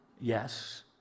Yes